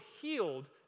healed